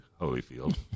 Holyfield